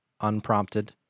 unprompted